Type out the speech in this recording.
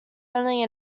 only